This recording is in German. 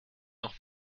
noch